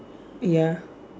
ya